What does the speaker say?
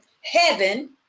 heaven